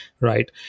right